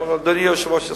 אם אדוני היושב-ראש יסכים.